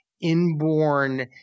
inborn